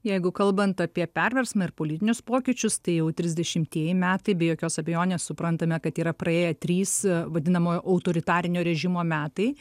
jeigu kalbant apie perversmą ir politinius pokyčius tai jau trisdešimtieji metai be jokios abejonės suprantame kad yra praėję trys vadinamojo autoritarinio režimo metai